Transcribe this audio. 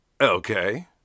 Okay